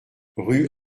rue